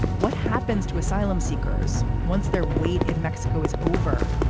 what happens to asylum seekers once their weight in mexico is over?